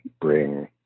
bring